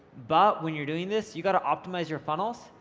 but when you're doing this, you gotta optimize your funnels.